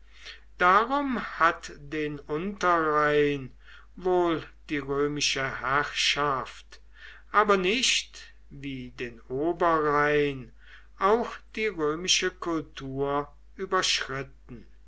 darum hat den unterrhein wohl die römische herrschaft aber nicht wie den oberrhein auch die römische kultur überschritten